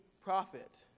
Prophet